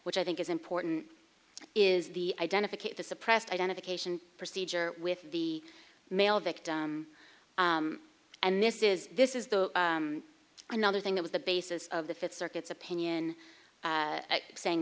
which i think is important is the identification suppressed identification procedure with the male victim and this is this is the another thing that was the basis of the fifth circuit's opinion saying